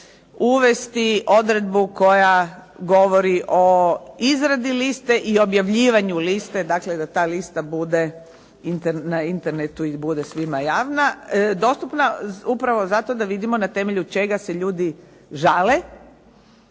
uvesti odredbu koja govori o izradi liste i objavljivanju liste da ta lista bude na Internetu, da bude svima javna, dostupna, zato da vidimo na temelju čega se ljudi žale